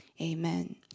Amen